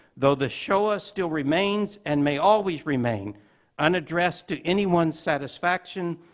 though the shoah still remains and may always remain unaddressed to anyone's satisfaction,